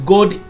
God